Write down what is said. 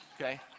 Okay